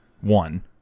One